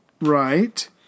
Right